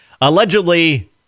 allegedly